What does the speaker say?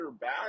back